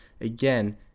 again